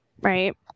Right